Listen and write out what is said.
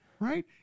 Right